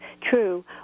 true